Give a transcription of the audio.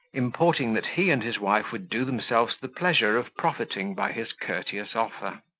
importing that he and his wife would do themselves the pleasure of profiting by his courteous offer.